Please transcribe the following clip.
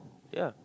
ya